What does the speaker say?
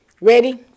Ready